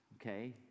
Okay